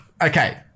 Okay